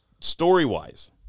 Story-wise